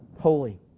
Holy